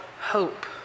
hope